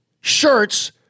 shirts